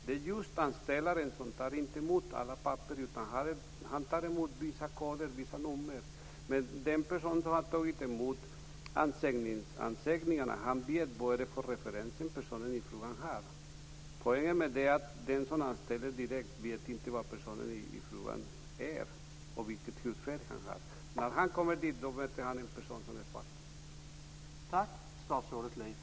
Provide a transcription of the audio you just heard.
Men anställaren tar inte emot alla papper, utan bara vissa koder och nummer. Men den person som har tagit emot ansökningshandlingarna vet vilka referenser personen i fråga har. Poängen med detta är att den som anställer direkt inte vet vem personen i fråga är och vilken hudfärg han har. När personen kommer dit möter anställaren en person som är svart.